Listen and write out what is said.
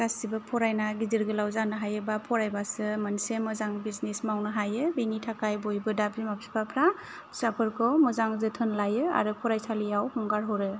गासैबो फरायना गिदिर गोलाव जानो हायोबा फरायबासो मोनसे मोजां बिजनेस मावनो हायो बेनि थाखाय बयबो दा बिमा बिफाफ्रा फिसाफोरखौ मोजां जोथोन लायो आरो फरायसालियाव हगार हरो